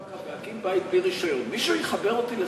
להקים בית בלי רישיון, מישהו יחבר אותי לחשמל?